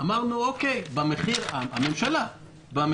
אמרנו בממשלה: אוקיי,